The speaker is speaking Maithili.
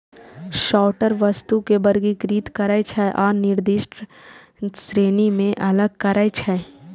सॉर्टर वस्तु कें वर्गीकृत करै छै आ निर्दिष्ट श्रेणी मे अलग करै छै